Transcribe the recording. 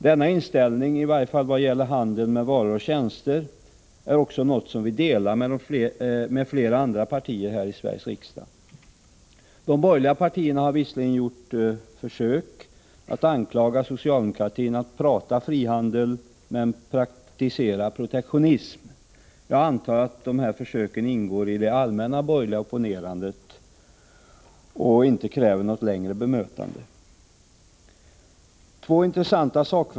Denna inställning — i varje fall vad gäller handeln med varor och tjänster — är också något som vi delar med flera andra partier här i Sveriges riksdag. De borgerliga partierna har visserligen gjort försök att anklaga socialdemokratin för att prata frihandel men praktisera protektionism. Jag antar att dessa försök ingår i det allmänna borgerliga opponerandet och inte kräver något mer omfattande bemötande.